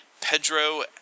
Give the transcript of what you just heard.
Pedro